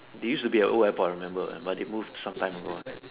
there used to be at Old Airport I remember but they moved sometime ago